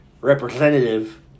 representative